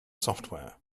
software